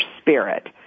spirit